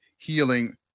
healing